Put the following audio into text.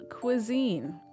cuisine